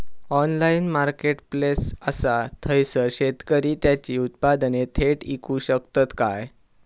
Online marketplace असा थयसर शेतकरी त्यांची उत्पादने थेट इकू शकतत काय?